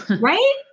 right